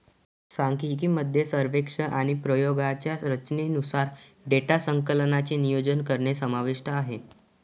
सांख्यिकी मध्ये सर्वेक्षण आणि प्रयोगांच्या रचनेनुसार डेटा संकलनाचे नियोजन करणे समाविष्ट आहे